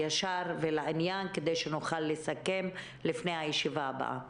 ישר לעניין כדי שנוכל לסכם לפני הישיבה הבאה.